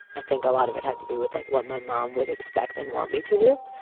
i think a lot of it had to be with like what my mom would expect and want me to do.